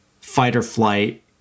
fight-or-flight